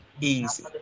easy